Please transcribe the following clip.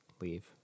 leave